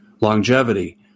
longevity